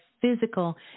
physical